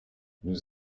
nous